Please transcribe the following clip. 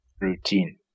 Routine